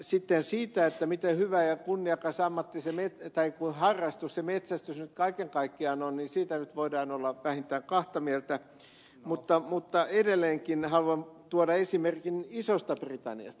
sitten siitä miten hyvä ja kunniakas harrastus se metsästys nyt kaiken kaikkiaan on voidaan olla vähintään kahta mieltä mutta edelleenkin haluan tuoda esimerkin isosta britanniasta